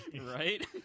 Right